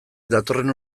datorren